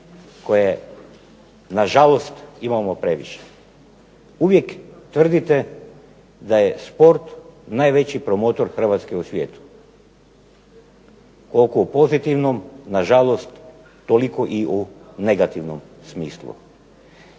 koje na žalost imamo previše. Uvijek tvrdite da je sport najveći promotor Hrvatske u svijetu. Koliko u pozitivnom, na žalost toliko i u negativnom smislu.